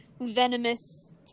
venomous